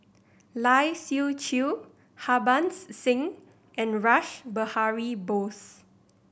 Lai Siu Chiu Harbans Singh and Rash Behari Bose